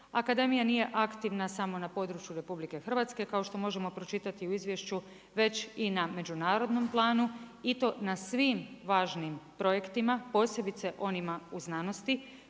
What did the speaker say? Akademija nije aktivna samo na području RH, kao što možemo pročitati u izvješću već i na međunarodnom planu i to na svim važnim projektima posebice onima u znanosti